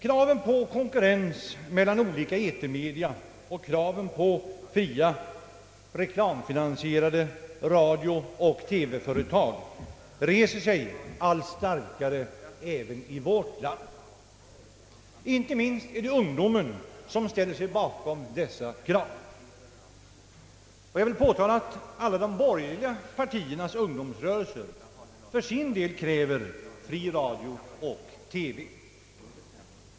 Kraven på konkurrens mellan olika etermedia och kraven på fria reklamfinansierade radiooch TV-företag reser sig allt starkare även i vårt land. Inte minst är det ungdomen som ställer sig bakom dessa krav. Jag vill påtala att alla borgerliga partiers ungdomsrörelser för sin del kräver fri radiooch TV-verksamhet.